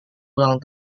ulang